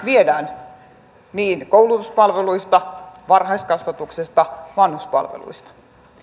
viedään koulutuspalveluista varhaiskasvatuksesta vanhuspalveluista